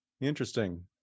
Interesting